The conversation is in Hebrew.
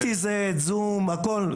PTZ, זום, הכול.